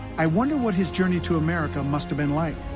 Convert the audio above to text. i wonder what his journey to america must have been like,